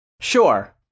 sure